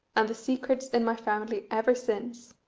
and the secret's in my family ever since.